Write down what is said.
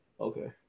Okay